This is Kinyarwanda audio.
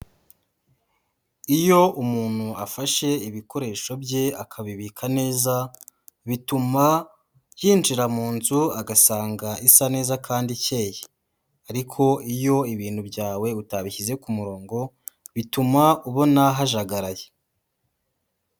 Iyo umuntu afashe ibikoresho bye akabibika neza, bituma yinjira mu nzu agasanga isa neza kandi ikeye. Ariko iyo ibintu byawe utabishyize ku murongo bituma ubona hajagaraye.